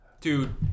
Dude